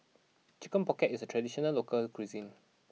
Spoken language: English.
Chicken Pocket is a traditional local cuisine